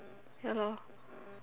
ya lor